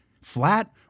Flat